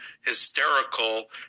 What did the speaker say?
hysterical